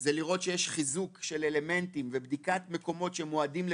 זה לראות שיש חיזוק של אלמנטים ובדיקת מקומות שמועדים לפורענות,